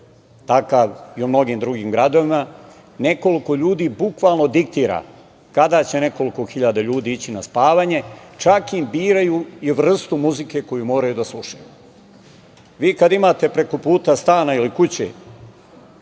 takav i u mnogim drugim gradovima, nekoliko ljudi, bukvalno diktira kada će nekoliko hiljada ljudi ići na spavanje, čak im biraju i vrstu muzike koju moraju da slušaju. Vi, kada imate preko puta stana ili kuće,